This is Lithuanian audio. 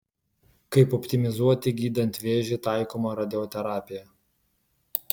kaip optimizuoti gydant vėžį taikomą radioterapiją